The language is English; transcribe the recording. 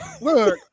look